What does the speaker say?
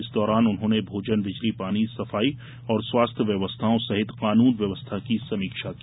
इस दौरान उन्होने भोजन बिजली पानी सफाई और स्वास्थ्य व्यवस्थाओं सहित कानून व्यवस्था की समीक्षा की